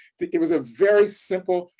it was a very simple,